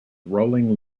rolling